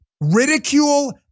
ridicule